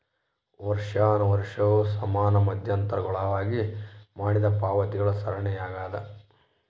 ವರ್ಷಾಶನವು ಸಮಾನ ಮಧ್ಯಂತರಗುಳಾಗ ಮಾಡಿದ ಪಾವತಿಗಳ ಸರಣಿಯಾಗ್ಯದ